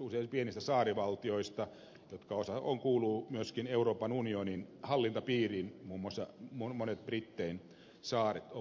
usein pienistä saarivaltioista joista monet kuuluvat myöskin euroopan unionin hallintapiiriin muun muassa monet brittein saarista ovat tällaisia